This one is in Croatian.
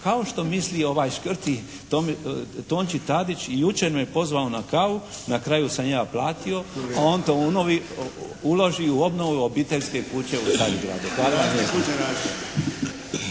kao što misli ovaj škrti Tonči Tadić. I jučer me pozvao na kavu, na kraju sam ja platio a on to uloži u obnovu obiteljske kuće u Starigradu.